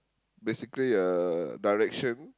basically a direction